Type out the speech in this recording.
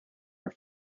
were